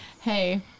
Hey